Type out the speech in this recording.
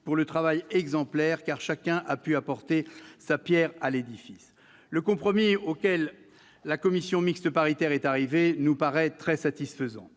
pour leur travail exemplaire, car tous ont pu apporter leur pierre à l'édifice. Le compromis auquel la commission mixte paritaire est parvenue nous paraît très satisfaisant.